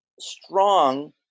strong